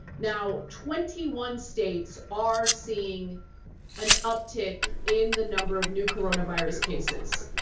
now twenty one states are seeing an uptick in the number of new coronavirus cases.